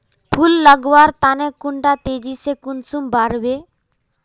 फुल लगवार तने कुंडा तेजी से कुंसम बार वे?